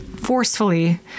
forcefully